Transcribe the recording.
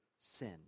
sin